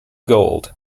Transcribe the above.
gold